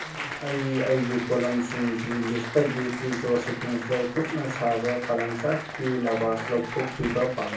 ꯑꯩ ꯑꯩꯒꯤ ꯄꯣꯠꯂꯝꯁꯤꯡꯒꯤ ꯂꯤꯁꯇꯒꯤ ꯐ꯭ꯔꯤꯖꯣ ꯁꯤꯛꯅꯦꯆꯔ ꯈꯨꯠꯅ ꯁꯥꯕ ꯄꯥꯂꯪꯁꯥꯛꯀꯤ ꯂꯚꯥꯁ ꯂꯧꯊꯣꯛꯈꯤꯕ ꯄꯥꯝ